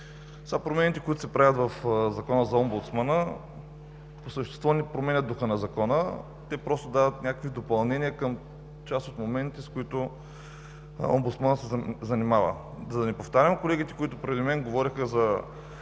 екип! Промените, които се правят в Закона за омбудсмана по същество не променят духа на закона, те просто дават някакви допълнения към част от промените, с които омбудсманът се занимава. За да не повтарям колегите, които преди мен говориха за